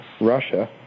Russia